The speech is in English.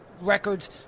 records